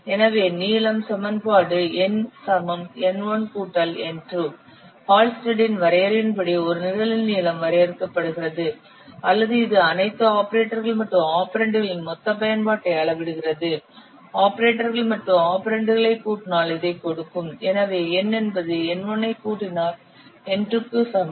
எனவே நீளம் சமன்பாடு NN1N2 ஹால்ஸ்டெட்டின் வரையறையின்படி ஒரு நிரலின் நீளம் வரையறுக்கப்படுகிறது அல்லது இது அனைத்து ஆபரேட்டர்கள் மற்றும் ஆபரெண்டுகளின் மொத்த பயன்பாட்டை அளவிடுகிறது ஆபரேட்டர்கள் மற்றும் ஆபரெண்டுகளை கூட்டினால் இதை கொடுக்கும் எனவே N என்பது N 1 கூட்டல் N 2 க்கு சமம்